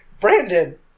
Brandon